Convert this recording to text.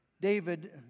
David